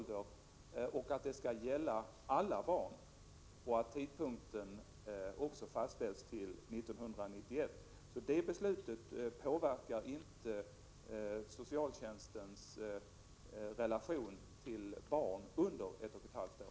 Det skall alltså gälla alla barn, och tidpunkten är fastställd till 1991. Så det beslutet påverkar inte socialtjänstlagens bestämmelser om barn under ett och ett halvt år.